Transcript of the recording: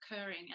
occurring